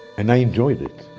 and i enjoyed it